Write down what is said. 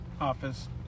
office